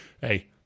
hey